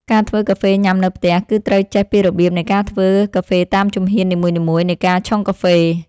ការធ្វើកាហ្វេញ៉ាំនៅផ្ទះ គឺត្រូវចេះពីរបៀបនៃការធ្វើកាហ្វេតាមជំហ៊ាននីមួយៗនៃការឆុងកាហ្វេ។